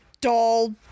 doll